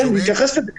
להתייחס לזה,